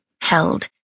held